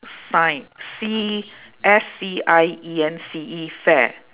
science C S C I E N C E fair